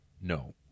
no